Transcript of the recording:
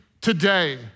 today